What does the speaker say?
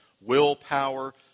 willpower